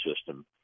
system